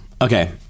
okay